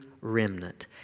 remnant